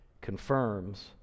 confirms